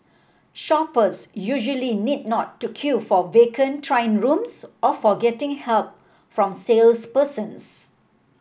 shoppers usually need not to queue for vacant trying rooms or for getting help from salespersons